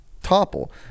topple